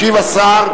התש"ע 2010,